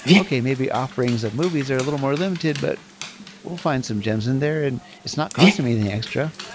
okay. maybe offerings of movies are a little more limited, but we'll find some gems in there, and it's not costing me any extra.